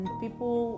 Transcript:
people